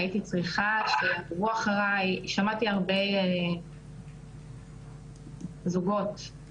זוגות שחוו בגידות, ויש למה לשים מצלמות.